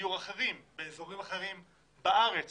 דיור אחרים באזורים אחרים בארץ